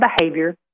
behavior